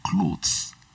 clothes